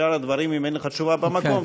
שאר הדברים, אם אין לך תשובה במקום, כן.